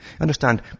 Understand